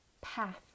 path